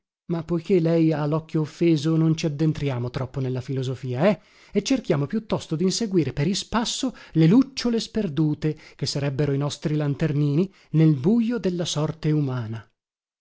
ma poiché lei ha locchio offeso non ci addentriamo troppo nella filosofia eh e cerchiamo piuttosto dinseguire per ispasso le lucciole sperdute che sarebbero i nostri lanternini nel bujo della sorte umana